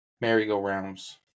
Merry-go-rounds